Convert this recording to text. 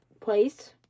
place